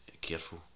Careful